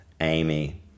Amy